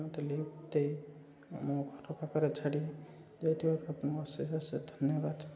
ମୋତେ ଲିଫ୍ଟ ଦେଇ ମୋ ଘର ପାଖରେ ଛାଡ଼ି ଯାଇଥିବାରୁ ଆପଣଙ୍କୁ ଅଶେଷ ଅଶେଷ ଧନ୍ୟବାଦ